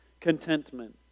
contentment